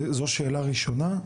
זאת שאלה ראשונה.